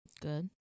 Good